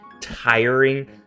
tiring